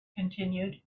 continued